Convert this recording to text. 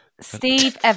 Steve